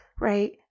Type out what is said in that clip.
Right